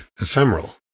ephemeral